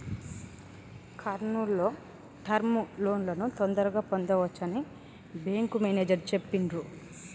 కర్నూల్ లో టర్మ్ లోన్లను తొందరగా పొందవచ్చని బ్యేంకు మేనేజరు చెప్పిర్రు